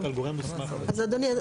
אז אדוני,